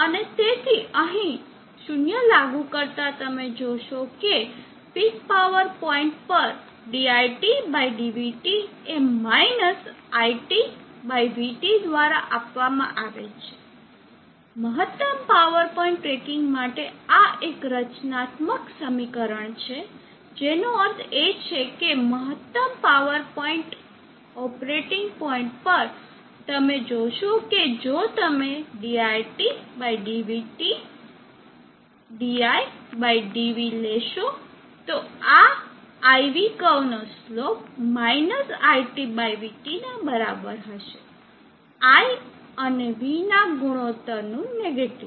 અને તેથી અહીં 0 લાગુ કરતાં તમે જોશો કે પીક પાવર પોઇન્ટ પર diTdvT એ માઈનસ iTvT દ્વારા આપવામાં આવે છે મહત્તમ પાવર પોઇન્ટ ટ્રેકિંગ માટે આ એક રચનાત્મક સમીકરણ છે જેનો અર્થ એ છે કે મહત્તમ પાવર પોઇન્ટ ઓપરેટિંગ પોઇન્ટ પર તમે જોશો કે જો તમે diTdvT didv લેશો તો આ IV કર્વ નો સ્લોપ iTvT ના બરાબર હશે I અને V ના ગુણોત્તર નું નેગેટીવ